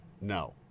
No